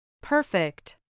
Perfect